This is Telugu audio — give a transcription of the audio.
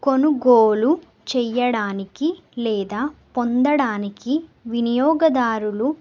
కొనుగోలు చేయడానికి లేదా పొందడానికి వినియోగదారులు